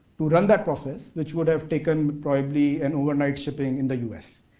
to run that process, which would have taken probably an overnight shipping in the us.